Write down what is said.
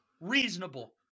Reasonable